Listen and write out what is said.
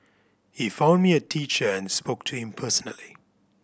he found me a teacher and spoke to him personally